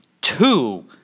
two